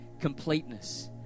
completeness